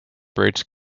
birds